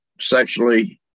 sexually